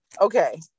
okay